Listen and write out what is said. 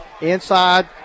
inside